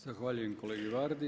Zahvaljujem kolegi Vardi.